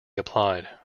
applied